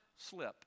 slip